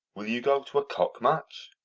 will you go to a cock-match?